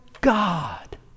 God